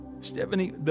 Stephanie